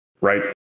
right